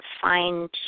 find